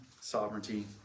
sovereignty